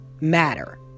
matter